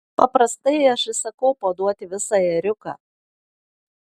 paprastai aš įsakau paduoti visą ėriuką